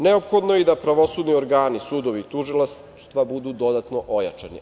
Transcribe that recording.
Neophodno je i da pravosudni organi, sudovi, tužilaštva, budu dodatno ojačani.